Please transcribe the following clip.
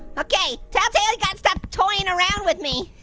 okay, tattletail, you gotta stop toying around with me.